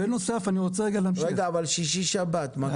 רגע, אבל שישי שבת, מה?